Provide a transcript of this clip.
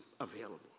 available